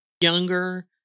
younger